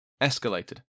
escalated